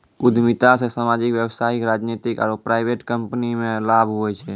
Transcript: उद्यमिता से सामाजिक व्यवसायिक राजनीतिक आरु प्राइवेट कम्पनीमे लाभ हुवै छै